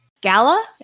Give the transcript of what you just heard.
Gala